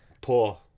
poor